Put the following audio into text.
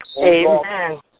Amen